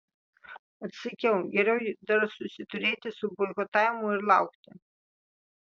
atsakiau geriau dar susiturėti su boikotavimu ir laukti